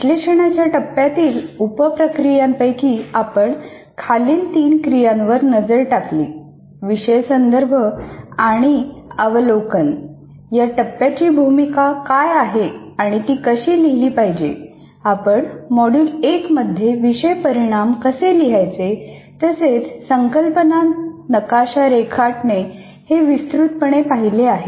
विश्लेषणाच्या टप्प्यातील उप प्रक्रियांपैकी आपण खालील तीन क्रियांवर नजर टाकली विषय संदर्भ आणि अवलोकन या टप्प्याची भूमिका काय आहे आणि ती कशी लिहिली पाहिजेआपण मॉड्यूल 1 मध्ये विषय परिणाम कसे लिहायचे तसेच संकल्पना नकाशा रेखाटणे हे विस्तृतपणे पाहिले आहे